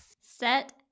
set